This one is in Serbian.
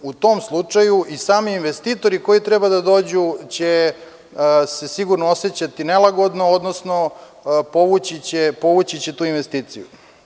U tom slučaju i sami investitori koji treba da dođu će se sigurno osećati nelagodno, odnosno povući će tu investiciju.